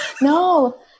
No